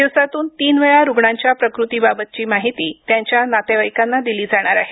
दिवसातून तीनवेळा रुग्णांच्या प्रकृतीबाबतची माहिती त्यांच्या नातेवाईकांना दिली जाणार आहे